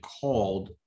called